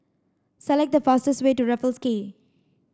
select the fastest way to Raffles Quay